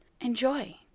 enjoy